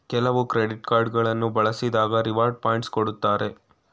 ಕೆಲವು credit card ಗಳನ್ನು ಬಳಸಿದಾಗ ರಿವಾರ್ಡ್ ಪಾಯಿಂಟ್ಸ್ ಕೊಡ್ತಾರೆ